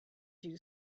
you